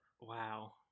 wow